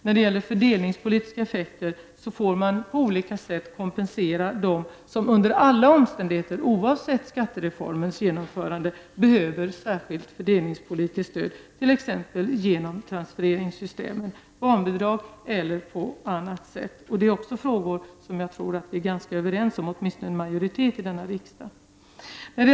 När det gäller de fördelningspolitiska effekterna får man kompensera dem som under alla omständigheter, oavsett skattereformen, behöver ett särskilt fördelningspolitiskt stöd, t.ex. genom transfereringssystemen — genom barnbidragen eller på annat sätt. Det är också frågor som jag tror att vi är ganska överens om — åtminstone är en majoritet i denna riksdag det.